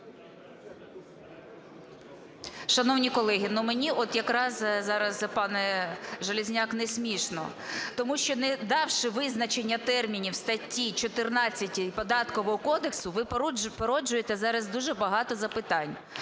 Шановні колеги, мені от якраз зараз, пане Железняк, не смішно. Тому що, не давши визначення термінів у статті 14 Податкового кодексу, ви породжуєте зараз дуже багато запитань.